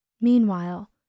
Meanwhile